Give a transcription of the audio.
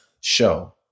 show